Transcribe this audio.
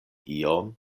ion